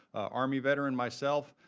army veteran myself.